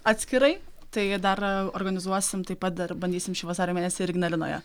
atskirai tai dar organizuosim taip pat dar bandysim šį vasario mėnesį ir ignalinoje